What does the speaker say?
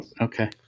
Okay